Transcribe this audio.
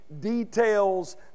details